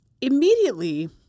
immediately